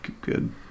good